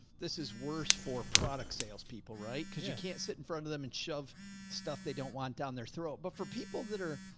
this is worse for product salespeople, right? cause you can't sit in front of them and shove stuff. they don't want down their throat, but for people that are,